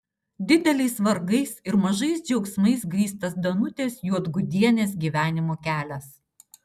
dideliais vargais ir mažais džiaugsmais grįstas danutės juodgudienės gyvenimo kelias